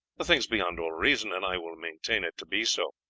the thing is beyond all reason, and i will maintain it to be so.